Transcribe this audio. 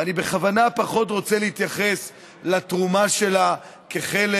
אני בכוונה רוצה פחות להתייחס לתרומה שלה כחלק